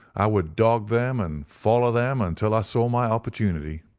i would dog them and follow them until i saw my opportunity.